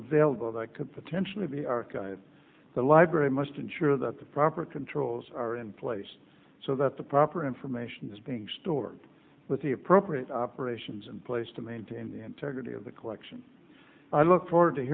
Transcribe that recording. available that could potentially be archived at the library must ensure that the proper controls are in place so that the proper information is being stored with the appropriate operations in place to maintain the integrity of the collection i look forward to